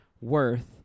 worth